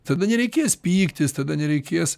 tada nereikės pyktis tada nereikės